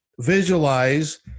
visualize